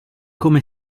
come